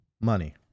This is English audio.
money